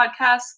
podcasts